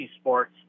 sports